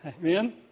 Amen